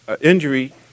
injury